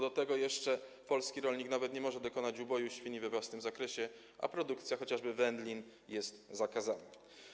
Do tego jeszcze polski rolnik nawet nie może dokonać uboju świń we własnym zakresie, a produkcja chociażby wędlin jest zakazana.